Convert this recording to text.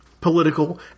political